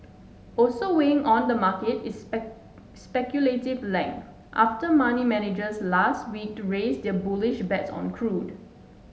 also weighing on the market is speculative length after money managers last week raised their bullish bets on crude